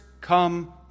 come